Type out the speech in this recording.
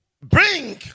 bring